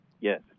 Yes